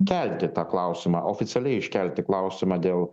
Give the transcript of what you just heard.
kelti tą klausimą oficialiai iškelti klausimą dėl